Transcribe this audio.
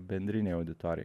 bendrinei auditorijai